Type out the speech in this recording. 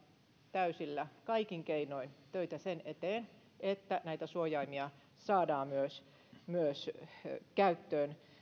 täysillä kaikin keinoin töitä sen eteen että näitä suojaimia saadaan käyttöön